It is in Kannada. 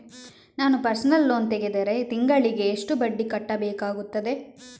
ನಾನು ಪರ್ಸನಲ್ ಲೋನ್ ತೆಗೆದರೆ ತಿಂಗಳಿಗೆ ಎಷ್ಟು ಬಡ್ಡಿ ಕಟ್ಟಬೇಕಾಗುತ್ತದೆ?